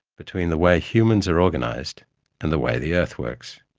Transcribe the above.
between the way humans are organised and the way the earth works.